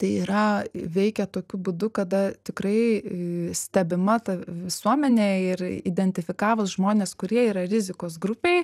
tai yra veikia tokiu būdu kada tikrai stebima ta visuomenė ir identifikavus žmones kurie yra rizikos grupėj